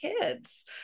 kids